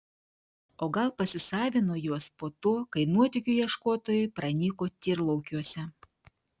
o gal pasisavino juos po to kai nuotykių ieškotojai pranyko tyrlaukiuose